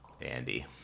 Andy